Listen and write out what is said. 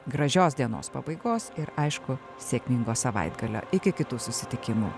gražios dienos pabaigos ir aišku sėkmingo savaitgalio iki kitų susitikimų